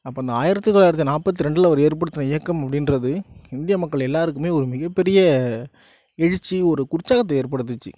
அப்போ அந்த ஆயிரத்தி தொள்ளாயிரத்தி நாற்பத்தி ரெண்டில் அவர் ஏற்படுத்தின இயக்கம் அப்படின்றது இந்திய மக்கள் எல்லாருக்குமே ஒரு மிக பெரிய எழுச்சி ஒரு உற்சாகத்தை ஏற்படுத்துச்சு